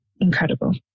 incredible